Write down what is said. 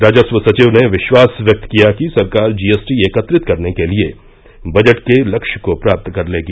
राजस्व सचिव ने विश्वास व्यक्त किया कि सरकार जीएसटी एकत्रित करने के लिए बजट के लक्ष्य को प्राप्त कर लेगी